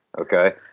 okay